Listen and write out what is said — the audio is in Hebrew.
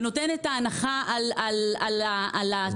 ונותן את ההנחה על המזון לתינוקות.